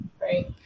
Right